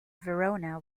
verona